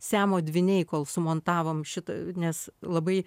siamo dvyniai kol sumontavom šitą nes labai